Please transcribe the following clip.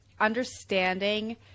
understanding